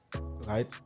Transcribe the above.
right